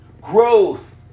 growth